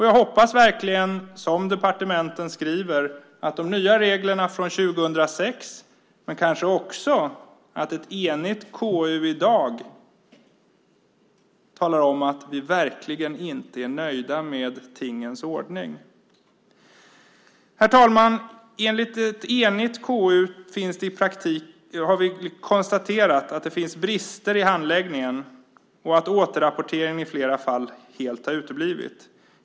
Jag hoppas verkligen, som departementen skriver, på de nya reglerna från 2006, men kanske också på att ett enigt KU i dag talar om att vi verkligen inte är nöjda med tingens ordning. Herr talman! Ett enigt KU har konstaterat att det finns brister i handläggningen och att återrapportering i flera fall helt har uteblivit.